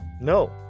No